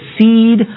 seed